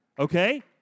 Okay